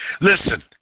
Listen